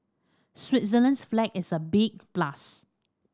Switzerland's flag is a big plus